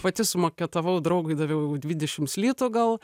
pati sumaketavau draugui daviau dvidešims litų gal